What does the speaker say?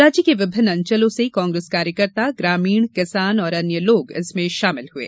राज्य के विभिन्न अंचलों से कांग्रेस कार्यकर्ता ग्रामीण किसान और अन्य लोग इसमें शामिल हये